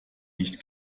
nicht